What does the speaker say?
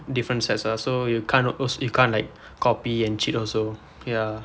different sets ah so you can't als~ you can't like copy and cheat also ya